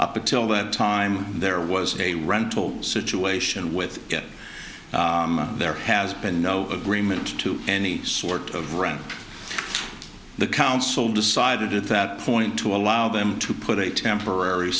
up until that time there was a rental situation with it there has been no agreement to any sort of run the council decided at that point to allow them to put a temporary